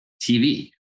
TV